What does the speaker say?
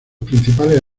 principales